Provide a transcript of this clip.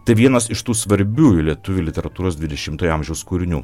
tai vienas iš tų svarbiųjų lietuvių literatūros dvidešimtojo amžiaus kūrinių